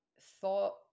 thought